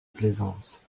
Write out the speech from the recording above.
plaisance